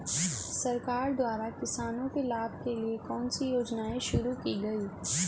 सरकार द्वारा किसानों के लाभ के लिए कौन सी योजनाएँ शुरू की गईं?